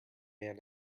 man